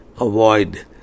avoid